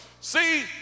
See